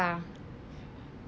ya